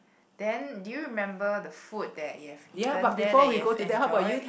then do you remember the food that you have eaten there that you have enjoyed